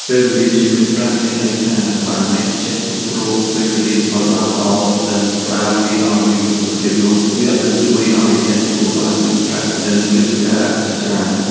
ពេលវេលា ជាមាសប្រាក់ មានន័យថា បើអ្នកចេះគ្រប់គ្រងពេលវេលាឲ្យបានល្អ និង ប្រើវាឲ្យមានប្រសិទ្ធភាពនោះ វានឹងជួយឲ្យអ្នកទទួលបានមាសប្រាក់ និង លាភសក្ការៈជាច្រើន។